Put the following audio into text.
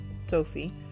Sophie